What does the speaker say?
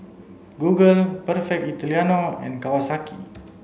google Italiano and Kawasaki